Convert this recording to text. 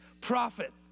prophet